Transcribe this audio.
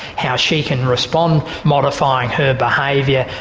how she can respond, modifying her behaviour,